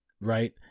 Right